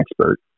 expert